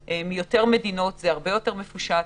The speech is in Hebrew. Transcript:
נמצא ביותר מדינות וזה הרבה יותר מפושט,